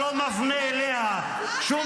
אומרים לי שכבר קראתי לך קריאה שנייה,